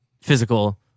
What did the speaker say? physical